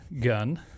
gun